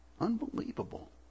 unbelievable